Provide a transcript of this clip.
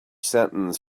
sentence